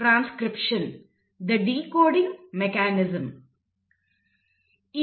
transcription "the decoding mechanism"